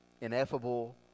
ineffable